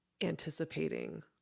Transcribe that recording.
anticipating